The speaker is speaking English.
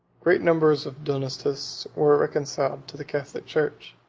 great numbers of donatists were reconciled to the catholic church